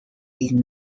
did